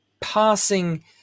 passing